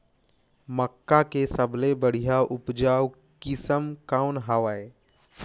मक्का के सबले बढ़िया उपजाऊ किसम कौन हवय?